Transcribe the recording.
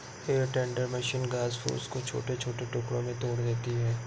हे tender machine घास फूस को छोटे छोटे टुकड़ों में तोड़ देती है